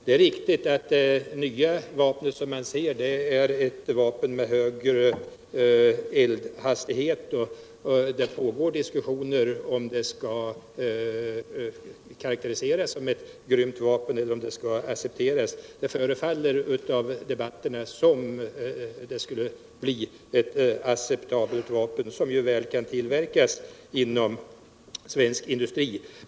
Det är riktigt att det nya vapen man ser framför sig är ett vapen med högre eldhastighet. Det pågår diskussioner om det skall karakteriseras som ett grymt vapen eller kan accepteras. Av debatten förefaller det som om det skulle bli ett acceptabelt vapen, som väl kan tillverkas inom svensk industri.